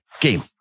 game